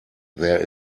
there